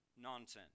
nonsense